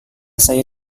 saya